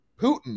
Putin